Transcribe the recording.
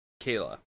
kayla